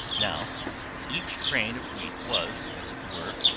now each grain of wheat was, as it were,